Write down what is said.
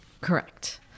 Correct